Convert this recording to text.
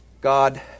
God